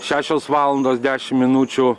šešios valandos dešim minučių